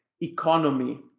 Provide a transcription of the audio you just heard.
economy